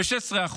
ב-16%.